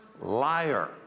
liar